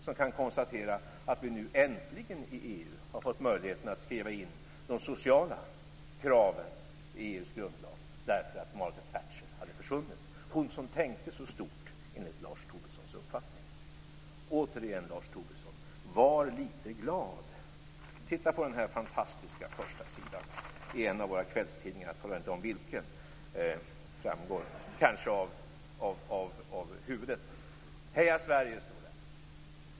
Vi kan konstatera att vi nu äntligen har fått möjligheten att skriva in de sociala kraven i EU:s grundlag därför att Margaret Thatcher har försvunnit - hon som tänkte så stort enligt Lars Tobissons uppfattning. Var lite glad, Lars Tobisson! Titta på den här fantastiska förstasidan i en av våra kvällstidningar! Jag talar inte om vilken. Det framgår kanske av huvudet. Heja Sverige! står det.